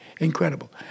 incredible